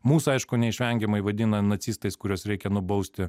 mus aišku neišvengiamai vadina nacistais kuriuos reikia nubausti